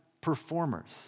performers